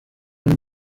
john